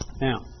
Now